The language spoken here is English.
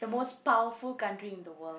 the most powerful country in the world